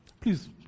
Please